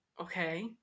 okay